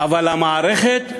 אבל המערכת,